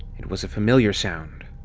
it was a familiar sound,